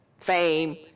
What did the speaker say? fame